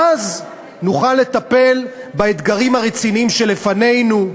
ואז נוכל לטפל באתגרים הרציניים שלפנינו: